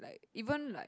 like even like